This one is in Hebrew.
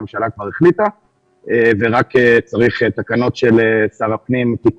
הממשלה כבר החליטה וזה מצריך תיקון תקנות